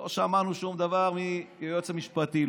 לא שמענו שום דבר מהיועץ המשפטי,